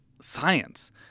science